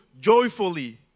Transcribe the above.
joyfully